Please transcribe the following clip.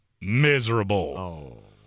miserable